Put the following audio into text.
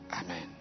Amen